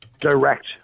Direct